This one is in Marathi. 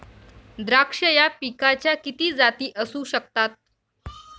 द्राक्ष या पिकाच्या किती जाती असू शकतात?